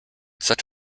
such